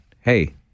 hey